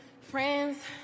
friends